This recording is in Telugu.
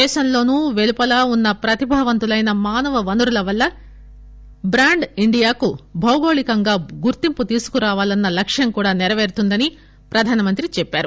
దేశం లోనూ వెలుపల ఉన్న ప్రతిభావంతులైన మానవ వనరుల వల్ల ట్రాండ్ ఇండియాకు భౌగోళికంగా గుర్తింపు తీసుకురావాలన్న లక్ష్యం కూడా నెరవేరుతుందని ప్రధాన మంత్రి చెప్పారు